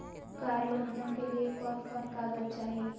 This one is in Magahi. कार लोनमा के लिय कौन कौन कागज चाही?